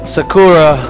Sakura